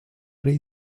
rey